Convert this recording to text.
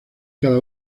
cada